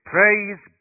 Praise